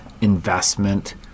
investment